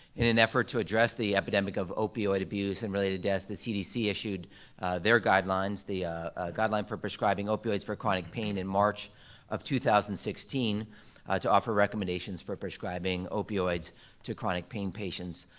in an effort to address the epidemic of opioid abuse and related deaths, the cdc issued their guidelines, the guideline for prescribing opioids for chronic pain in march of two thousand and sixteen to offer recommendations for prescribing opioids to chronic pain patients.